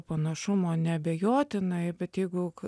panašumo neabejotinai bet jeigu